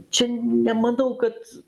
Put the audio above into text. čia nemanau kad